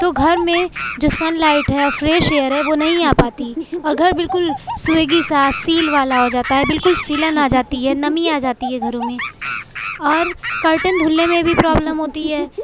تو گھر میں جو سنلائٹ ہے اور فریش ایئر ہے وہ نہیں آ پاتی اور گھر بالکل سویگی سا سیل والا ہو جاتا ہے بالکل سیلن آ جاتی ہے نمی آ جاتی ہے گھروں میں اور کرٹین دھلنے میں بھی پرابلم ہوتی ہے